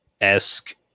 esque